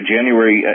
January